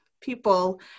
people